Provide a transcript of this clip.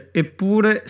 eppure